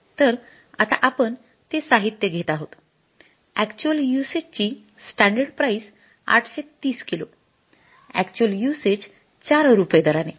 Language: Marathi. तर आता आपण ते साहित्य घेत आहोत अॅक्च्युअल युसेज ची standard price ८३० kilo actual usage ४ रुपये दराने